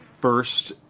First